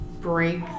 break